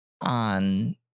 on